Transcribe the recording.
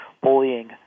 bullying